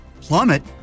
plummet